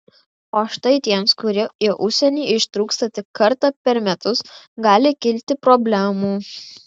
o štai tiems kurie į užsienį ištrūksta tik kartą per metus gali kilti problemų